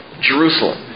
Jerusalem